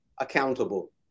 accountable